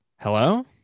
Hello